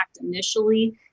initially